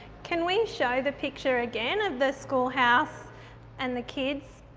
can we show the picture again of the school house and the kids,